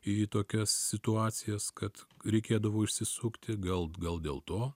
į tokias situacijas kad reikėdavo išsisukti gal gal dėl to